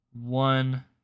One